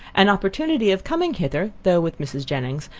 an opportunity of coming hither, though with mrs. jennings,